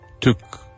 took